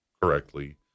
correctly